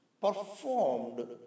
performed